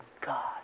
God